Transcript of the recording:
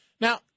Now